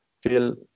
feel